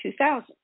2000